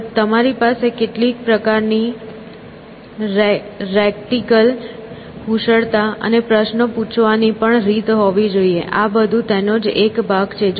અલબત્ત તમારી પાસે કેટલીક પ્રકારની રેટરિકલ કુશળતા અને પ્રશ્નો પૂછવાની પણ રીત હોવી જોઈએ આ બધું તેનો જ એક ભાગ છે